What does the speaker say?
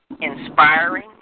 inspiring